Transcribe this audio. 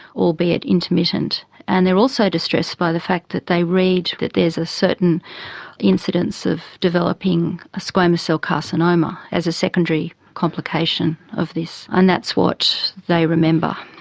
albeit intermittent. and they're also distressed by the fact that they read that there is a certain incidence of developing a squamous cell carcinoma as a secondary complication of this, and that's what they remember.